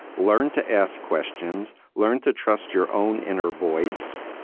learn to ask questions. learn to trust your own inner voice.